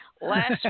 Last